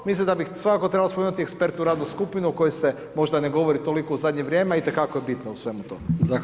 Mislim da bi svakako trebalo spomenuti ekspertnu radnu skupinu o kojoj se možda ne govori toliko u zadnje vrijeme, a itekako je bitna u svemu tome.